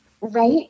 Right